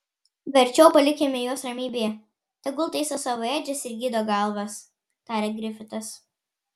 verčiau palikime juos ramybėje tegu taiso savo ėdžias ir gydo galvas tarė grifitas